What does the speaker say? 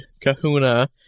kahuna